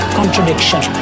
contradiction